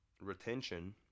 Retention